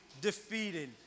defeated